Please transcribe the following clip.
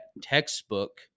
textbook